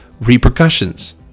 repercussions